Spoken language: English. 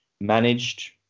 managed